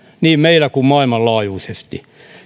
niin meillä kuin maailmanlaajuisesti